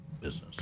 business